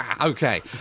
Okay